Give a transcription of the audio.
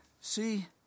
see